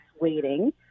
waiting